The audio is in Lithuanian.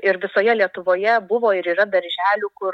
ir visoje lietuvoje buvo ir yra darželių kur